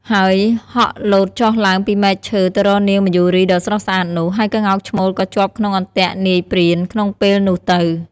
ហើយហក់លោតចុះឡើងពីមែកឈើទៅរកនាងមយូរីដ៏ស្រស់ស្អាតនោះ ហើយក្ងោកឈ្មោលក៏ជាប់ក្នុងអន្ទាក់នាយព្រានក្នុងពេលនោះទៅ។